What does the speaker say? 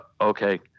okay